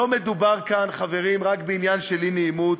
לא מדובר כאן, חברים, רק בעניין של אי-נעימות,